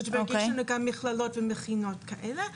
זאת אומרת, יש לנו כאן מכללות ומכינות כאלה.